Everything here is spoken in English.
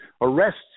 arrests